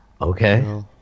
Okay